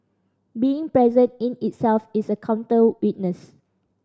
being present in itself is a counter witness